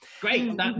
Great